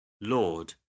Lord